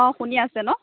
অ শুনি আছে ন